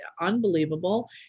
unbelievable